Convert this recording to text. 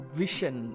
vision